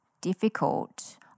difficult